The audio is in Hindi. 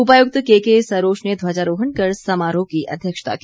उपायुक्त केके सरोच ने ध्वजारोहण कर समारोह की अध्यक्षता की